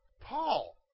Paul